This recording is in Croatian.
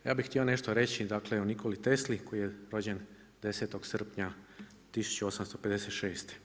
Ja bih htio nešto reći dakle o Nikoli Tesli koji je rođen 10. srpnja 1856.